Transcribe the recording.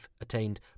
attained